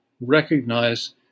recognize